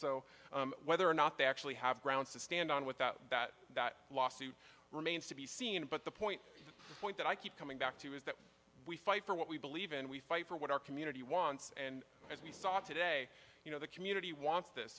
so whether or not they actually have grounds to stand on without that that lawsuit remains to be seen but the point point that i keep coming back to is that we fight for what we believe and we fight for what our community wants and as we saw today you know the community wants this